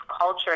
culture